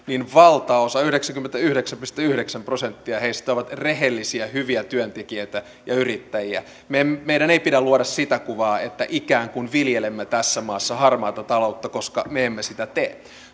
niin valtaosa yhdeksänkymmentäyhdeksän pilkku yhdeksän prosenttia heistä on rehellisiä hyviä työntekijöitä ja yrittäjiä meidän meidän ei pidä luoda sitä kuvaa että ikään kuin viljelemme tässä maassa harmaata taloutta koska me emme sitä tee